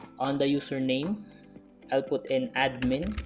on the username i'll put in admin